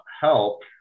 help